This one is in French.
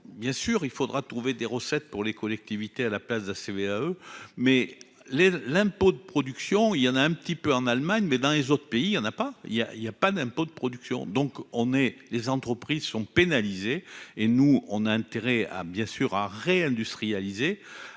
bien sûr, il faudra trouver des recettes pour les collectivités à la place de la CVAE mais les l'impôt de production, il y en a un petit peu en Allemagne, mais dans les autres pays, il y en a pas, il y a, il y a pas d'impôts, de production, donc on est les entreprises sont pénalisées et nous, on a intérêt à bien sûr à réindustrialiser